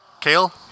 Kale